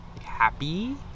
happy